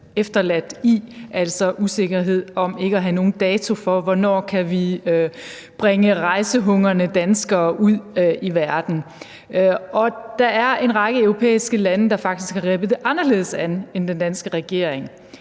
efterladt i, altså usikkerhed med hensyn til ikke at have nogen dato for, hvornår de kan bringe rejsehungrende danskere ud i verden. Der er en række europæiske lande, der faktisk har grebet det anderledes an end den danske regering,